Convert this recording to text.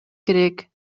керек